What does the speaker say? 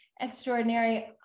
extraordinary